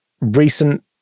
recent